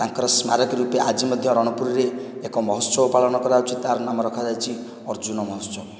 ତାଙ୍କର ସ୍ମାରକୀ ରୂପେ ଆଜି ମଧ୍ୟ ରଣପୁରରେ ଏକ ମହୋତ୍ସବ ପାଳନ କରାଯାଉଛି ତାର ନାମ ରଖାଯାଇଛି ଅର୍ଜୁନ ମହୋତ୍ସବ